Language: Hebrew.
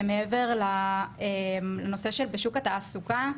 שמעבר לנושא בשוק התעסוקה,